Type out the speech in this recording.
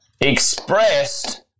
expressed